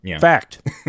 Fact